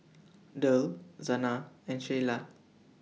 Derl Zana and Sheilah